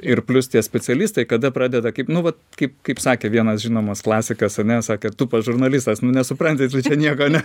ir plius tie specialistai kada pradeda kaip nu vat kaip kaip sakė vienas žinomas klasikas ane sakė tūpas žurnalistas nu nesupranti ir nieko ne